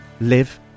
live